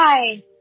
Hi